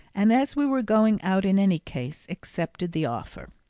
and as we were going out in any case, accepted the offer.